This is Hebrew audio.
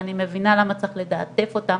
ואני מבינה למה צריך לתעדף אותם,